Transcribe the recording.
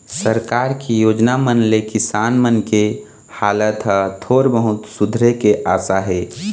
सरकार के योजना मन ले किसान मन के हालात ह थोर बहुत सुधरे के आसा हे